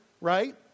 right